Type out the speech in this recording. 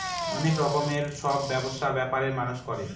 অনেক রকমের সব ব্যবসা ব্যাপার মানুষ করে